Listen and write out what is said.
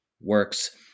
works